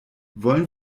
wollen